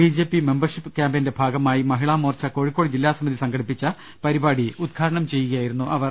BJP membership കാമ്പയിന്റെ ഭാഗമായി മഹിളാമോർച്ച കോഴിക്കോട് ജില്ലാ സമിതി സംഘടിപ്പിച്ച പരിപാടി ഉദ്ഘാടനം ചെയ്യുകയായിരുന്നു അവർ